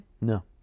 No